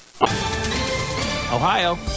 Ohio